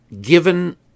given